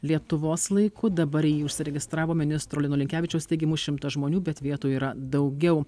lietuvos laiku dabar į jį užsiregistravo ministro lino linkevičiaus teigimu šimtas žmonių bet vietų yra daugiau